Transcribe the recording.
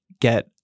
get